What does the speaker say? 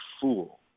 fool